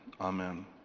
amen